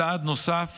צעד נוסף